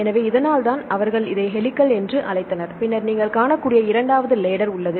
எனவே இதனால்தான் அவர்கள் இதை ஹெலிக்ஸ் என்று அழைத்தனர் பின்னர் நீங்கள் காணக்கூடிய இரண்டாவது லாட்டர் உள்ளது